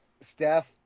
Steph